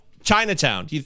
Chinatown